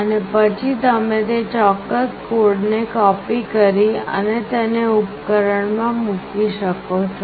અને પછી તમે તે ચોક્કસ કોડને કોપી કરી અને તેને ઉપકરણમાં મૂકી શકો છો